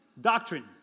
doctrine